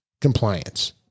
compliance